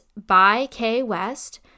bykwest